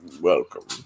welcome